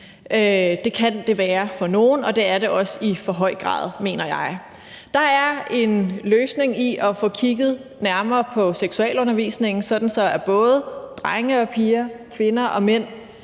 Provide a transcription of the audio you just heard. Det kan det være for nogen, og der er det også i for høj grad, mener jeg. Der er en løsning i at få kigget nærmere på seksualundervisningen, sådan at både drenge og piger, kvinder og mænd